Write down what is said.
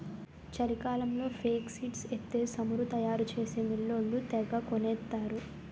చలికాలంలో ఫేక్సీడ్స్ ఎత్తే సమురు తయారు చేసే మిల్లోళ్ళు తెగకొనేత్తరు